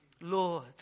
Lord